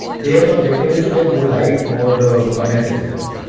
here the objective is to get more likes, more ah comments, etc.